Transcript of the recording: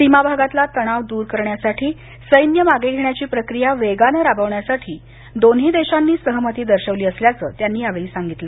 सीमा भागातला तणाव दूर करण्यासाठी सैन्य मागे घेण्याची प्रक्रिया वेगानं राबवण्यासाठी दोन्ही देशांनी सहमती दर्शवली असल्याचं त्यांनी यावेळी सांगितलं